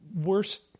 worst